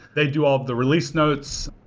they do all the release notes.